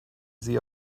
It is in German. sie